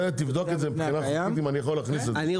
זה תבדוק את זה מבחינה חוקית אם אני יכול להכניס את זה -- -את